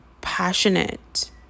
passionate